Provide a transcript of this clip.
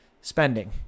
spending